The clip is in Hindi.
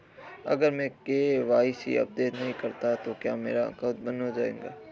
अगर मैं के.वाई.सी अपडेट नहीं करता तो क्या मेरा अकाउंट बंद हो जाएगा?